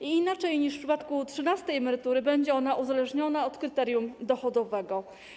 I inaczej niż w przypadku trzynastej emerytury będzie uzależnione od kryterium dochodowego.